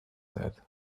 said